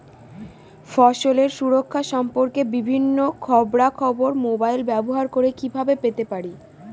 ফসলের সুরক্ষা সম্পর্কে বিভিন্ন খবরা খবর মোবাইল ব্যবহার করে কিভাবে পেতে পারি?